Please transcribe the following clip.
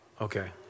Okay